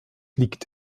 liegt